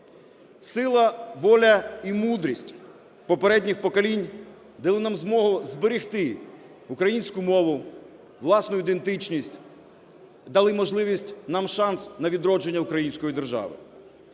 Сила, воля і мудрість попередніх поколінь дали нам змогу зберегти українську мову, власну ідентичність, дали можливість нам шанс на відродження Української держави,